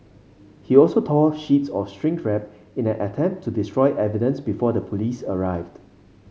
he also tore sheets of shrink wrap in an attempt to destroy evidence before the police arrived